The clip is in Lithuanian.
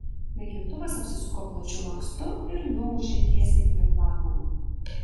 naikintuvas apsisuko plačiu lankstu ir nuūžė tiesiai prie flagmano